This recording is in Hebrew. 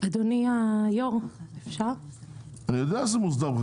אני יודע שזה מוסדר.